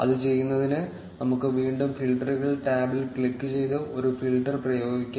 അത് ചെയ്യുന്നതിന് നമുക്ക് വീണ്ടും ഫിൽട്ടർ ടാബിൽ ക്ലിക്കുചെയ്ത് ഒരു ഫിൽട്ടർ പ്രയോഗിക്കാം